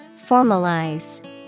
Formalize